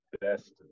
best